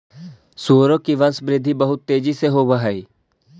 सुअरों की वंशवृद्धि बहुत तेजी से होव हई